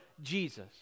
Jesus